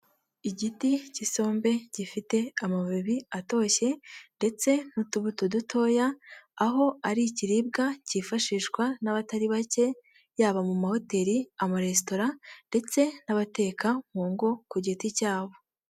Igiti cy'isombe gifite amababi atoshye ndetse n'utubuto dutoya, aho ari ikiribwa cyifashishwa n'abatari bake, yaba mu mahoteli, amaresitora ndetse n'abateka mu ngo ku giti cyabo.